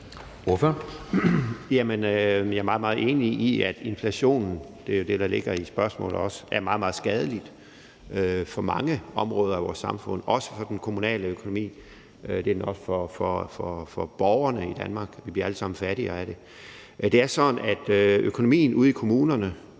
det, der også ligger i spørgsmålet – er meget skadelig for mange områder i vores samfund, også for den kommunale økonomi. Det er den også for borgerne i Danmark. Vi bliver alle sammen fattigere af det. Det er sådan, at økonomien ude i kommunerne